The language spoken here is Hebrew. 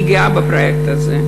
אני גאה בפרויקט הזה.